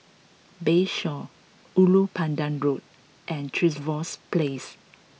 Bayshore Ulu Pandan Road and Trevose Place